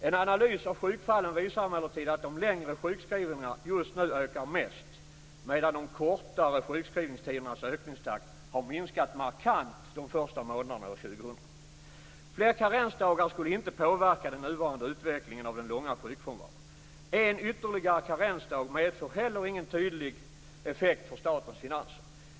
En analys av sjukfallen visar emellertid att de längre sjukskrivningarna just nu ökar mest, medan de kortare sjukskrivningstidernas ökningstakt har minskat markant de första månaderna år 2000. Fler karensdagar skulle inte påverka den nuvarande utvecklingen av den långa sjukfrånvaron. En ytterligare karensdag medför heller ingen tydlig effekt för statens finanser.